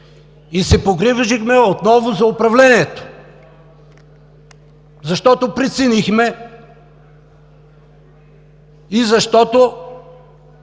и се погрижихме отново за управлението, защото преценихме и защото